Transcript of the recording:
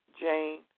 Jane